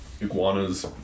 iguanas